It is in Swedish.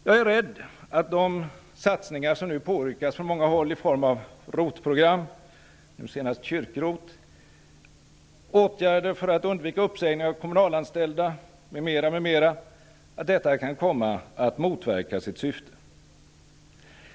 Jag är rädd att de satsningar som nu påyrkas från många håll i form av ROT-program, nu senast kyrko-ROT, åtgärder för att undvika uppsägning av kommunalanställda m.m. kan komma att motverka sitt syfte.